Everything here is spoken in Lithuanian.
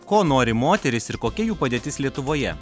ko nori moterys ir kokia jų padėtis lietuvoje